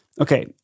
Okay